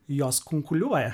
jos kunkuliuoja